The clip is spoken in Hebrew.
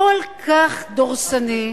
כל כך דורסני.